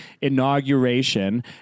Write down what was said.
inauguration